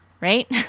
right